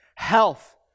health